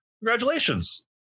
Congratulations